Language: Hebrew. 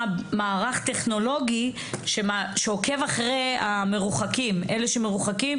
מערך טכנולוגי שעוקב אחרי אלה שמורחקים,